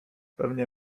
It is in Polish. pewnie